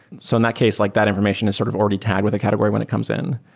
so in that case, like that information is sort of already tagged with a category when it comes in.